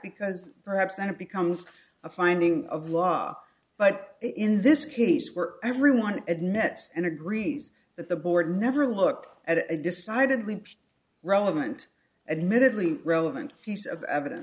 because perhaps then it becomes a finding of law but in this case where everyone admits and agrees that the board never looked at a decidedly relevant admittedly relevant piece of evidence